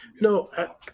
No